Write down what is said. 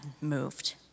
moved